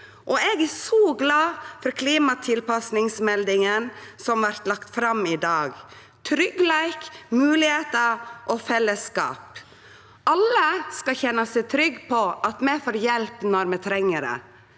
Eg er så glad for klimatilpassingsmeldinga som vart lagd fram i dag – tryggleik, moglegheiter og fellesskap. Alle skal kjenne seg trygge på at dei får hjelp når dei treng det.